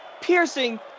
piercing